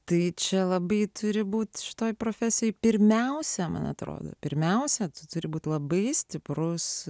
tai čia labai turi būti šitoje profesijoje pirmiausia man atrodo pirmiausia turi būti labai stiprus